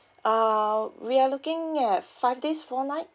uh we are looking at five days four night